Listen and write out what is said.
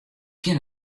kin